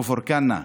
מכפר קנא,